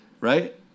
right